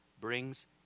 brings